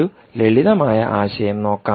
ഒരു ലളിതമായ ആശയം നോക്കാം